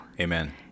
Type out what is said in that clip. Amen